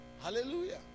Hallelujah